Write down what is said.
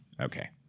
okay